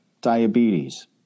diabetes